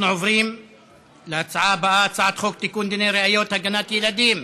אנחנו עוברים להצעה הבאה: הצעת חוק לתיקון דיני הראיות (הגנת הילדים)